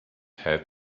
had